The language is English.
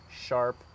sharp